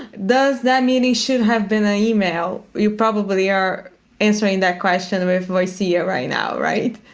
does that mean it should have been an email? you probably are answering that question with voicea right now, right?